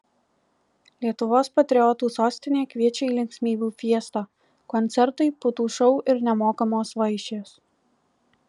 lietuvos patriotų sostinė kviečia į linksmybių fiestą koncertai putų šou ir nemokamos vaišės